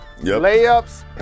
layups